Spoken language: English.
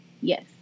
Yes